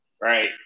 right